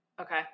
Okay